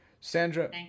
Sandra